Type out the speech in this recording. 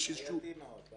זה בעייתי מאוד.